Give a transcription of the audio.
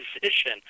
position